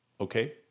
Okay